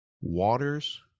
Waters